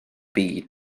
byd